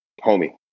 homie